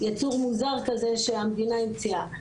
ייצור מוזר כזה שהמדינה המציאה.